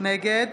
נגד